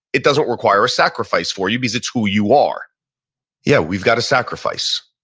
it doesn't require a sacrifice for you because it's who you are yeah, we've got a sacrifice.